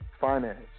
finance